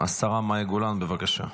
השרה מאי גולן, בבקשה.